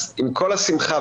אז עם כל השמחה,